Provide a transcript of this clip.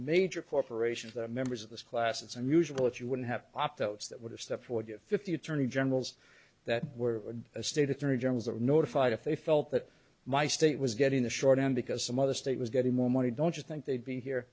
major corporations the members of this class it's unusual that you wouldn't have opt outs that would have stepped forward to fifty attorney generals that were state attorney generals are notified if they felt that my state was getting the short end because some other state was getting more money don't you think they'd be here